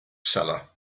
seller